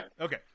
okay